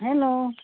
hello